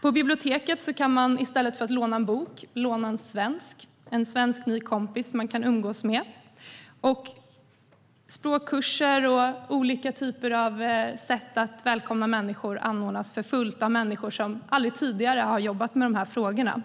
På biblioteket kan man i stället för att låna en bok låna en svensk ny kompis att umgås med. Språkkurser och olika sätt att välkomna människor anordnas för fullt av invånare som aldrig tidigare har jobbat med dessa frågor.